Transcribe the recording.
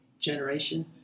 generation